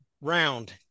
round